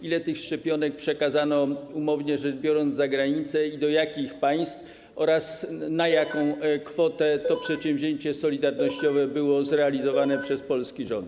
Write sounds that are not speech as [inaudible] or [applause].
Ile tych szczepionek przekazano - umownie rzecz biorąc - za granicę i do jakich państw oraz na jaką kwotę [noise] to przedsięwzięcie solidarnościowe było zrealizowane przez polski rząd?